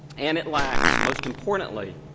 and it lacks, most importantly,